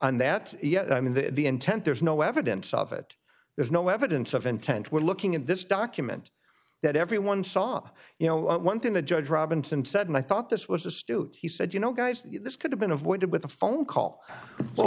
and that yes i mean the intent there is no evidence of it there's no evidence of intent we're looking at this document that everyone saw you know one thing the judge robinson said and i thought this was just he said you know guys this could have been avoided with a phone call